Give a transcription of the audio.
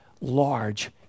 large